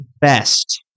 best